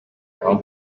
jean